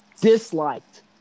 disliked